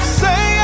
say